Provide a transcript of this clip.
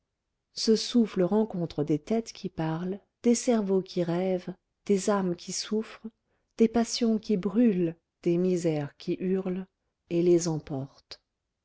ce souffle rencontre des têtes qui parlent des cerveaux qui rêvent des âmes qui souffrent des passions qui brûlent des misères qui hurlent et les emporte